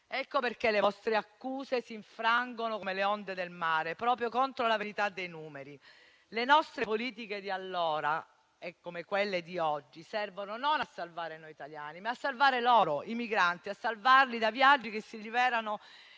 ecco perché le vostre accuse s'infrangono, come onde del mare, proprio contro la verità dei numeri. Le nostre politiche di allora, come quelle di oggi, servono non a salvare noi italiani, ma loro, i migranti, da viaggi che si rivelano